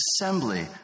assembly